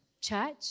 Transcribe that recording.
church